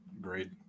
Great